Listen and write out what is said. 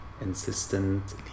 insistent